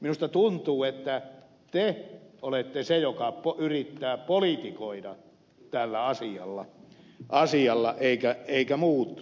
minusta tuntuu että te olette se joka yrittää politikoida tällä asialla eikä muut